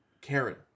Karen